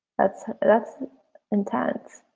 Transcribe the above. that's that's intense.